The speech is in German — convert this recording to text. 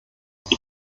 den